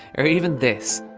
or even this.